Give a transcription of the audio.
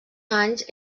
anys